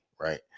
Right